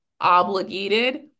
obligated